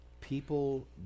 people